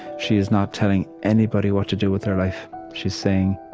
she is not telling anybody what to do with their life. she's saying,